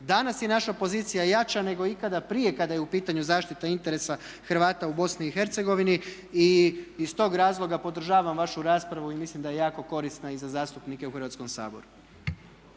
Danas je naša pozicija jača nego ikada prije kada je u pitanju zaštita interesa Hrvata u Bosni i Hercegovini i iz tog razloga podržavam vašu raspravu i mislim da je jako korisna i za zastupnike u Hrvatskom saboru.